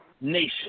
nation